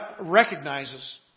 recognizes